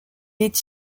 est